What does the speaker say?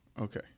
Okay